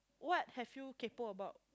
what have you kaypo about